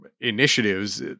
initiatives